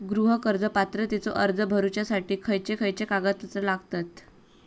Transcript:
गृह कर्ज पात्रतेचो अर्ज भरुच्यासाठी खयचे खयचे कागदपत्र लागतत?